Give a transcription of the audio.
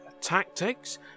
Tactics